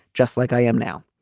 just like i am now.